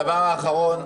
הדבר האחרון,